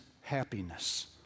happiness